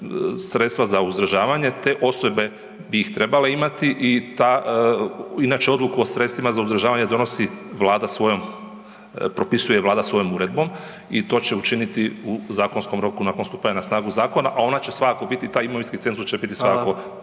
sredstva za uzdržavanje, te osobe bi ih trebale imati i ta, inače odluku o sredstvima za uzdržavanje donosi vlada svojom, propisuje vlada svojom uredbom i to će učiniti u zakonskom roku nakon stupanja na snagu zakona, a ona će svakako biti, taj imovinski cenzus će biti